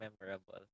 memorable